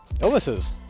illnesses